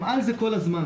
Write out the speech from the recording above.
הם על זה כל הזמן.